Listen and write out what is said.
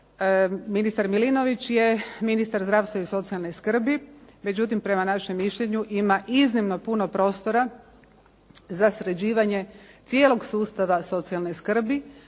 Ministar Milinović je ministar zdravstva i socijalne skrbi. Međutim, prema našem mišljenju ima iznimno puno prostora za sređivanje cijelog sustava socijalne skrbi.